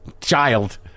child